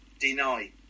deny